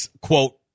quote